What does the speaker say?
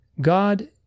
God